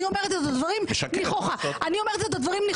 אני אומרת את הדברים נכוחה.